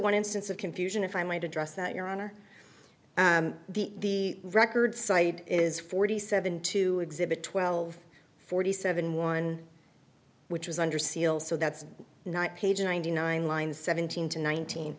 one instance of confusion if i might address that your honor the record site is forty seven to exhibit twelve forty seven one which is under seal so that's not page ninety nine line seventeen to nineteen